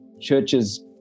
churches